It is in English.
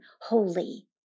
holy